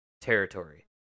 territory